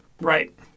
Right